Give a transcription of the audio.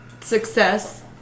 success